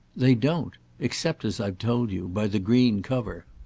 they don't except, as i've told you, by the green cover.